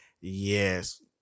Yes